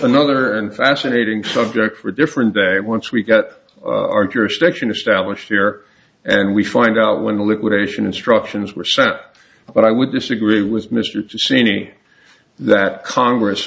another and fascinating subject for a different day once we get our jurisdiction established here and we find out when the liquidation instructions were set but i would disagree with mr to seanie that congress